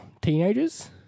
teenagers